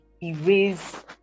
erase